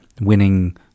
winning